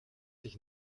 sich